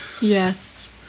Yes